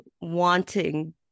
wanting